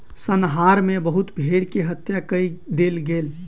संहार मे बहुत भेड़ के हत्या कय देल गेल